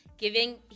giving